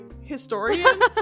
historian